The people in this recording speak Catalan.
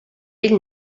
bell